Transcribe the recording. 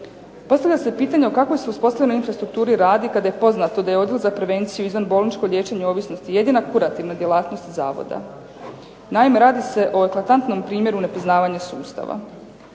Postavlja se pitanje o kakvoj se uspostavljenoj infrastrukturi radi kada je poznato da je odjel za prevenciju i izvanbolničko liječenje ovisnosti jedina kurativna djelatnost zavoda. Naime, radi se o eklatantnom primjeru nepoznavanja sustava.